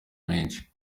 menshi